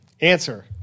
Answer